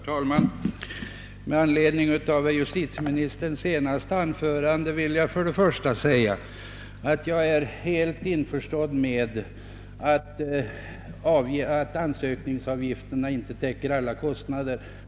Herr talman! Med anledning av herr justitieministerns senaste anförande vill jag säga att jag är helt införstådd med att ansökningsavgifterna inte täcker alla kostnader.